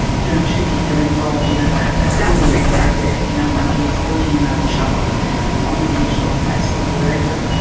you know, two kids are involved in a ah ah clearly inappropriate. you know, one kid is bullying another child on the net or on facebook or wherever.